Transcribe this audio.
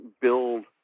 build